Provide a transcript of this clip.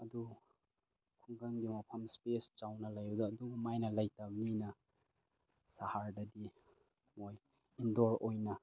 ꯑꯗꯨ ꯈꯨꯡꯒꯪꯒꯤ ꯃꯐꯝ ꯏꯁꯄꯦꯁ ꯆꯥꯎꯅ ꯂꯩꯕꯗ ꯑꯗꯨꯃꯥꯏꯅ ꯂꯩꯇꯝꯅꯤꯅ ꯁꯍꯔꯗꯗꯤ ꯃꯣꯏ ꯏꯟꯗꯣꯔ ꯑꯣꯏꯅ